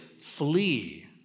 flee